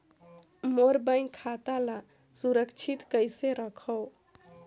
मोर bank खाता ला सुरक्षित कइसे रखव?